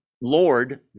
Lord